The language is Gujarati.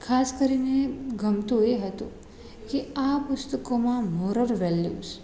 ખાસ કરીને ગમતું એ હતું કે આ પુસ્તકોમાં મોરલ વેલ્યુસ